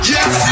Yes